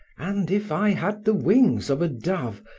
and if i had the wings of a dove,